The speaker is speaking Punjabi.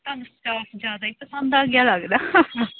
ਤੁਹਾਨੂੰ ਜ਼ਿਆਦਾ ਹੀ ਪਸੰਦ ਆ ਗਿਆ ਲੱਗਦਾ